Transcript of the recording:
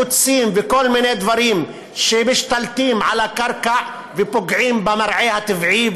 קוצים וכל מיני דברים שמשתלטים על הקרקע ופוגעים במרעה הטבעי,